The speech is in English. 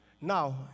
Now